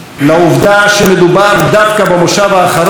לעובדה שמדובר דווקא במושב האחרון של